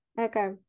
okay